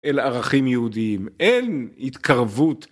אל ערכים יהודיים אין התקרבות